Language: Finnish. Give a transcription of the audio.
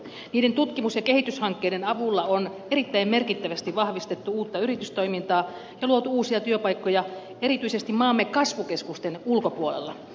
niiden tutkimus ja kehityshankkeiden avulla on erittäin merkittävästi vahvistettu uutta yritystoimintaa ja luotu uusia työpaikkoja erityisesti maamme kasvukeskusten ulkopuolella